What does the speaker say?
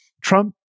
Trump